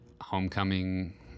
homecoming